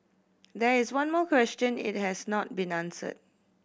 that is one more question it has not be answered